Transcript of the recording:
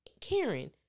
Karen